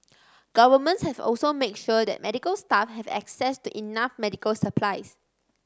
governments have also made sure that medical staff have access to enough medical supplies